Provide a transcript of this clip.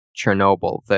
Chernobyl